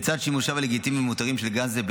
לצד שימושיו הלגיטימיים המותרים של גז זה,